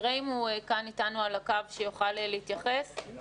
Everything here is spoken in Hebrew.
החינוך בהתנהלות נכונה יכולה לחזור